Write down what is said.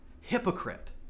hypocrite